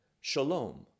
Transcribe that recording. shalom